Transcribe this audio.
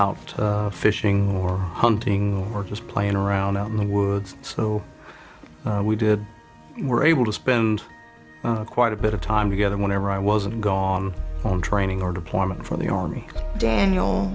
out fishing or hunting or just playing around out in the woods so we did we were able to spend quite a bit of time together whenever i wasn't gone home training or deployment for the army daniel